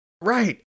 Right